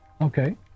Okay